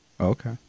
Okay